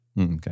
Okay